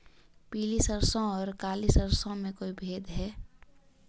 पीली सरसों और काली सरसों में कोई भेद है?